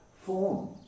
form